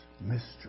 mystery